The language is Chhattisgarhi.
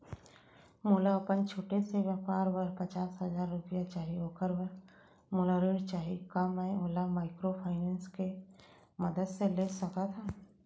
मोला अपन छोटे से व्यापार बर पचास हजार रुपिया चाही ओखर बर मोला ऋण चाही का मैं ओला माइक्रोफाइनेंस के मदद से ले सकत हो?